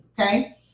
okay